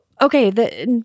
okay